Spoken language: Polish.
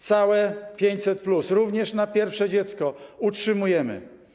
Całe 500+, również na pierwsze dziecko, utrzymujemy.